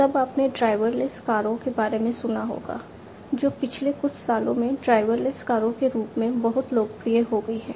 तब आपने ड्राइवरलेस कारों के बारे में सुना होगा जो पिछले कुछ सालों में ड्राइवरलेस कारों के रूप में भी बहुत लोकप्रिय हो गई है